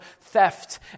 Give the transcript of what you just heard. theft